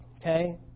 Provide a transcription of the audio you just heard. Okay